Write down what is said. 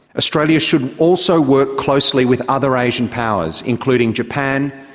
australia should also work closely with other asian powers, including japan,